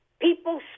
People